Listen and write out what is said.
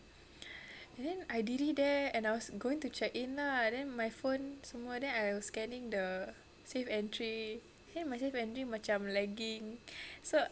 and then I diri there and I was going to check in lah then my phone semua then I was scanning the safe entry then my safe entry macam lagging so